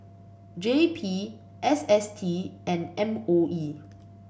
J P S S T and M O E